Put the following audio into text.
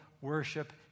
worship